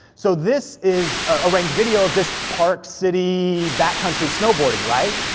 so this is a ranked video of just park city backcountry snowboarding, right?